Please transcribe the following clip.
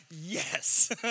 Yes